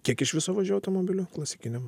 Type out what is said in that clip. kiek iš viso važiavo automobilių klasikiniam